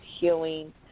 healing